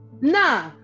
Nah